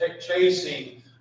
chasing